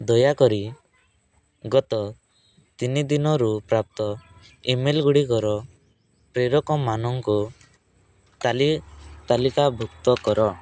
ଦୟାକରି ଗତ ତିନି ଦିନରୁ ପ୍ରାପ୍ତ ଇମେଲ୍ଗୁଡିକର ପ୍ରେରକମାନଙ୍କୁ ତାଲିକାଭୁକ୍ତ କର